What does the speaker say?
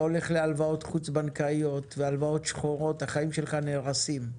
הולך לקבל הלוואות חוץ-בנקאיות והלוואות שחורות החיים שלך נהרסים.